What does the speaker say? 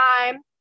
time